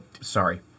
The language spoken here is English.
Sorry